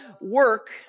work